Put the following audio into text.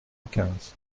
quinze